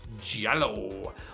Jello